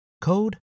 code